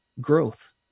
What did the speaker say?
Growth